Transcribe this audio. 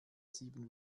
sieben